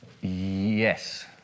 Yes